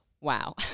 Wow